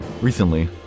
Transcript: Recently